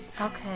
Okay